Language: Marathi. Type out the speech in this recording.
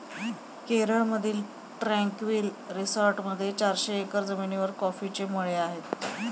केरळमधील ट्रँक्विल रिसॉर्टमध्ये चारशे एकर जमिनीवर कॉफीचे मळे आहेत